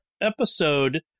episode